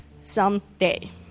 someday